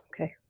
Okay